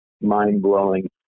mind-blowing